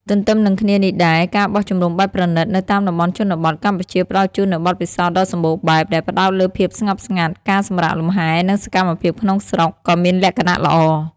ទន្ទឹមនិងគ្នានេះដែរ ការបោះជំរំបែបប្រណីត នៅតាមតំបន់ជនបទកម្ពុជាផ្តល់ជូននូវបទពិសោធន៍ដ៏សម្បូរបែប ដែលផ្តោតលើភាពស្ងប់ស្ងាត់ ការសម្រាកលំហែ និងសកម្មភាពក្នុងស្រុក ក៏មានលក្ខណៈល្អ។